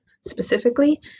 Specifically